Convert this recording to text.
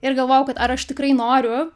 ir galvojau kad ar aš tikrai noriu